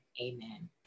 amen